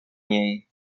niej